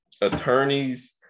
attorneys